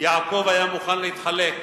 יעקב היה מוכן להתחלק,